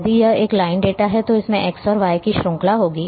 यदि यह एक लाइन डेटा है तो इसमें x और y की श्रृंखला होगी